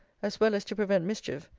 as well as to prevent mischief,